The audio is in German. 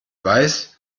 weiß